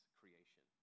creation